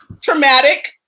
traumatic